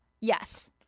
Yes